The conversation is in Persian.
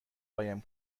قایم